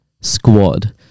squad